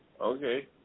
Okay